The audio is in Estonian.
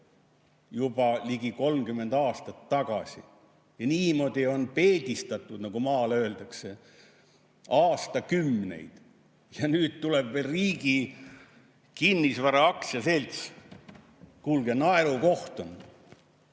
juba ligi 30 aastat tagasi. Niimoodi on peedistatud, nagu maal öeldakse, aastakümneid. Ja nüüd tuleb veel Riigi Kinnisvara Aktsiaselts. Kuulge, naerukoht!